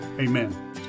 amen